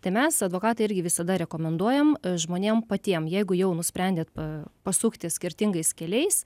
tai mes advokatai irgi visada rekomenduojam žmonėm patiem jeigu jau nusprendėt pa pasukti skirtingais keliais